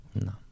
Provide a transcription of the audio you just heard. No